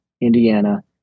Indiana